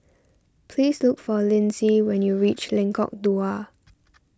please look for Lynsey when you reach Lengkok Dua